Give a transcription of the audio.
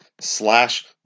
slash